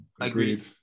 Agreed